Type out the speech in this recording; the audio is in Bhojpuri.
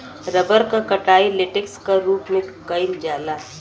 रबर क कटाई लेटेक्स क रूप में कइल जाला